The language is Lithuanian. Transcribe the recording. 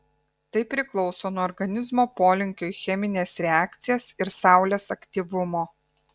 tai priklauso nuo organizmo polinkio į chemines reakcijas ir saulės aktyvumo